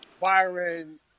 Byron